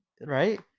Right